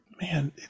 man